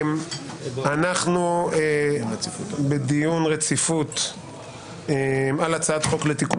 אנחנו בדיון רציפות על הצעת חוק לתיקון